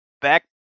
back